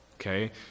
okay